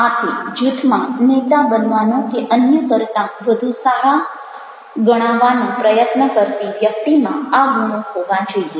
આથી જૂથમાં નેતા બનવાનો કે અન્ય કરતાં વધુ સારા ગણાવાનો પ્રયત્ન કરતી વ્યક્તિમાં આ ગુણો હોવા જોઈએ